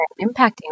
impacting